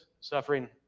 suffering